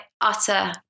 utter